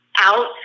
out